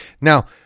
Now